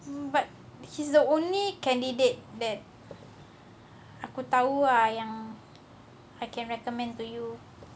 but he's the only candidate that aku tahu ah yang I can recommend to you